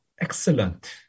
excellent